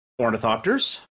Ornithopters